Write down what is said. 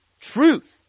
truth